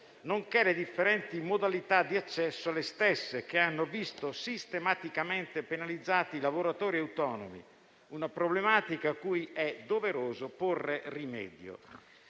nonché differenti modalità di accesso alle stesse, che hanno visto sistematicamente penalizzati i lavoratori autonomi: è questa una problematica cui è doveroso porre rimedio.